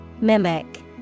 Mimic